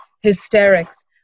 hysterics